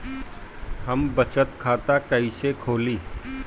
हम बचत खाता कईसे खोली?